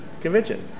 convention